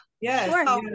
yes